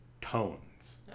tones